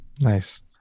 Nice